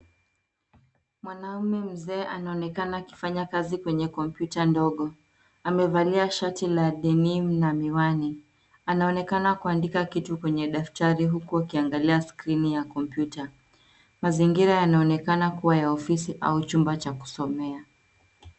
Mwanaume mzee anaonekana akifanya kazi kwenye kompyuta ndogo. Amevalia shati la denim na miwani. Anaonekana kuandika kitu kwenye daftari huku akiangalia skrini ya kompyuta. Mazingira yanaonekana kuwa ya ofisi au chumba cha kusomea.